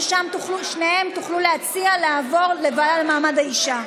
ושם תוכלו להציע להעביר את שתיהן לוועדה למעמד האישה.